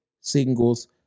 singles